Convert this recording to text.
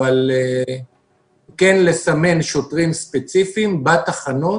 אבל כן לסמן שוטרים ספציפיים בתחנות